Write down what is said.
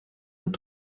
und